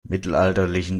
mittelalterlichen